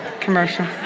commercial